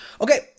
Okay